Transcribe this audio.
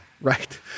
right